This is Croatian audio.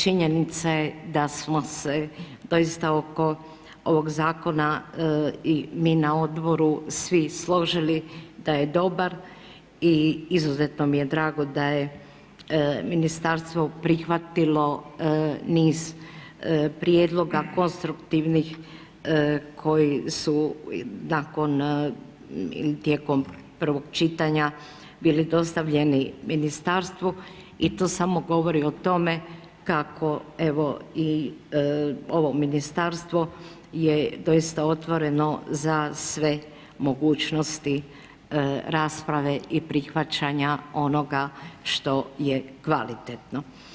Činjenica je da smo se doista oko ovog zakona i mi na odboru svi složili da je dobar i izuzetno mi je drago da je ministarstvo prihvatilo niz prijedloga konstruktivnih koji su nakon ili tijekom prvog čitanja bili dostavljeni ministarstvu i to samo govori o tome kako evo i ovo ministarstvo je doista otvoreno za sve mogućnosti rasprave i prihvaćanja onoga što je kvalitetno.